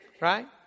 Right